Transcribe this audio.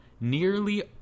nearly